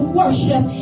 worship